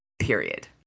Period